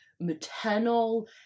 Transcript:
maternal